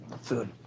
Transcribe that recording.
food